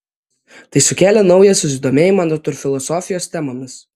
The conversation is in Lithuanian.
tai sukėlė naują susidomėjimą natūrfilosofijos temomis